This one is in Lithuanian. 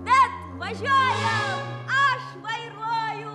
bet važiuojam aš vairuoju